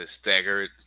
staggered